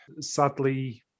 sadly